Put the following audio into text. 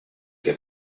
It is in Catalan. que